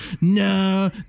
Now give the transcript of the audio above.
No